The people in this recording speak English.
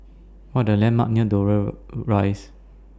What Are The landmarks near Dover Rise